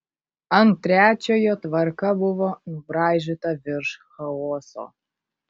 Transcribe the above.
ant trečiojo tvarka buvo nubraižyta virš chaoso